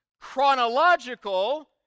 chronological